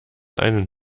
einen